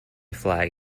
flag